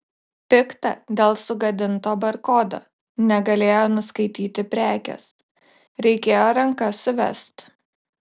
pikta dėl sugadinto barkodo negalėjo nuskaityti prekės reikėjo ranka suvest